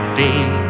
day